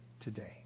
today